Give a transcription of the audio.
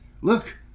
look